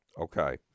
okay